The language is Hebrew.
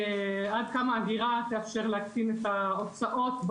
עד כמה האגירה תאפשר להקטין את ההוצאות,